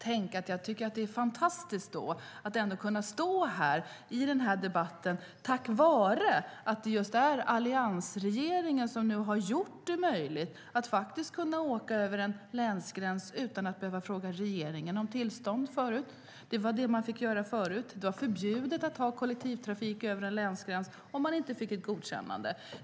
Tänk - jag tycker att det är fantastiskt att kunna stå här i denna debatt tack vare att det är alliansregeringen som har gjort det möjligt att åka över en länsgräns utan att behöva fråga regeringen om tillstånd! Det var vad man fick göra förut. Det var förbjudet att ha kollektivtrafik över en länsgräns om man inte fick ett godkännande.